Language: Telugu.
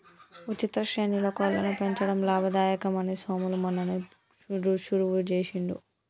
ఉచిత శ్రేణిలో కోళ్లను పెంచడం లాభదాయకం అని సోములు మొన్ననే షురువు చేసిండు